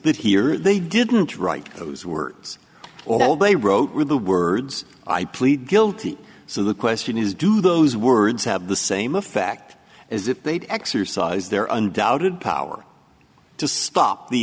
that here they didn't write those words although they wrote the words i plead guilty so the question is do those words have the same effect as if they'd exercise their undoubted power to stop the